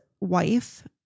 wife